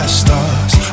stars